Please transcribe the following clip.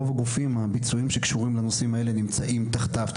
רוב הגופים הביצועיים שקשורים לנושא הזה נמצאים תחתיו.